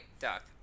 Duck